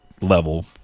level